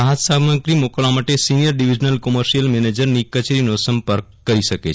રાહત સામગ્રી મોકલવા માટે સીનીય ડીવીઝનલ કોમર્શીયલ મેનેજરની કચેરીનો સંપર્ક કરી શકે છે